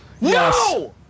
No